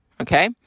okay